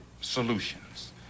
solutions